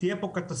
תהיה פה קטסטרופה.